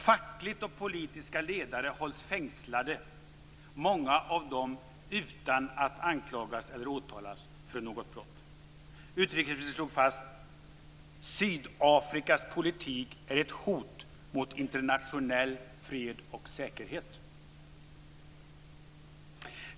Fackliga och politiska ledare hålls fängslade, många av dem utan att anklagas eller åtalas för något brott." Utrikesministern slog fast: "Sydafrikas politik är ett hot mot internationell fred och säkerhet."